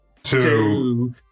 Two